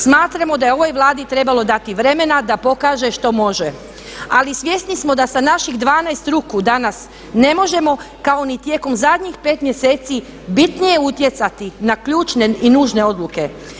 Smatramo da je ovoj Vladi trebalo dati vremena da pokaže što može, ali svjesni smo da sa naših 12 ruku danas ne možemo kao ni tijekom zadnjih pet mjeseci bitnije utjecati na ključne i nužne odluke.